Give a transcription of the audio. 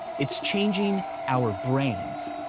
it's changing our brains.